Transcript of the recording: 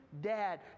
Dad